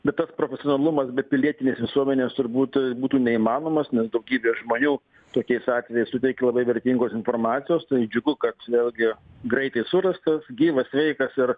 bet tas profesionalumas be pilietinės visuomenės turbūt būtų neįmanomas nes daugybė žmonių tokiais atvejais suteikia labai vertingos informacijos tai džiugu kad vėlgi greitai surastas gyvas sveikas ir